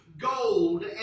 gold